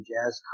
Jazz